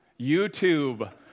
YouTube